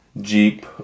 Jeep